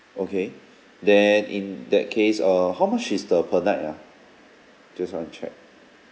okay then in that case uh how much is the per night ah just want to check